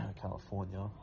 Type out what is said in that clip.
California